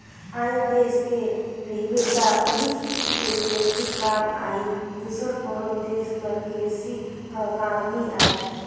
आन देस गे रहिबे त उहींच के करेंसी काम आही दूसर कोनो देस कर करेंसी हर काम नी आए